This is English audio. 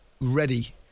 ready